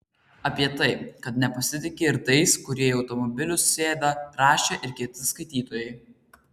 apie tai kad nepasitiki ir tais kurie į automobilius sėda rašė ir kiti skaitytojai